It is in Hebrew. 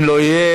אם לא יהיה,